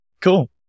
Cool